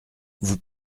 vous